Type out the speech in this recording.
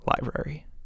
library